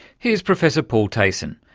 here's professor paul tacon,